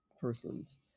persons